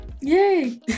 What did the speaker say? Yay